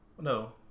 no